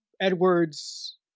Edward's